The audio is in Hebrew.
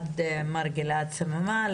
מר גלעד סממה,